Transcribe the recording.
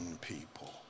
people